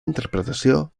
interpretació